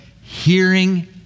hearing